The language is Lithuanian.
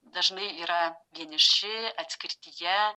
dažnai yra vieniši atskirtyje